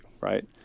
right